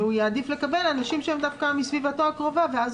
והוא יעדיף לקבל אנשים שהם דווקא מסביבתו הקרובה ואז